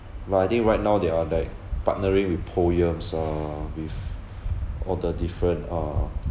but I think right now they are like partnering with POEMS uh with all the different uh